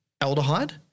aldehyde